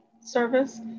service